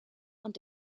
und